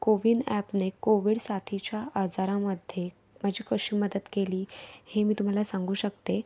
कोविन ॲपने कोविड साथीच्या आजारामध्ये माझी कशी मदत केली हे मी तुम्हाला सांगू शकते